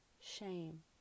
Shame